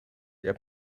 der